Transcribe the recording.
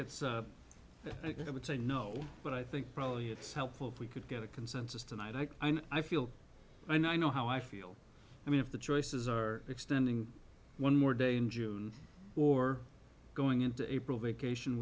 it's ok i would say no but i think probably it's helpful if we could get a consensus tonight and i feel i know i know how i feel i mean if the choices are extending one more day in june or going into april vacation